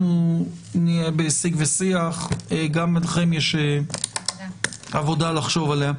אנחנו נהיה בשיג ושיח גם לכם יש עבודה לחשוב עליה.